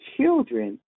children